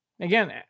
Again